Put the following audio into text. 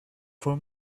for